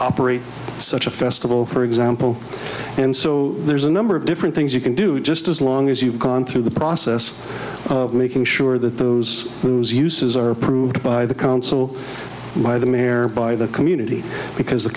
operate such a festival for example and so there's a number of different things you can do just as long as you've gone through the process of making sure that those whose uses are approved by the council by the mayor by the community because